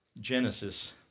Genesis